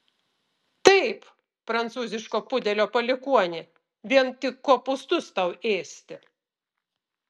taip prancūziško pudelio palikuoni vien tik kopūstus tau ėsti